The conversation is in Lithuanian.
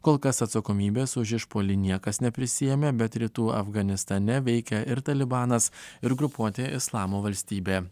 kol kas atsakomybės už išpuolį niekas neprisiėmė bet rytų afganistane veikia ir talibanas ir grupuotė islamo valstybė